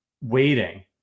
waiting